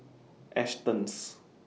Astons